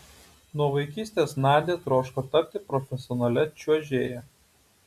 nuo vaikystės nadia troško tapti profesionalia čiuožėja